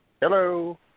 Hello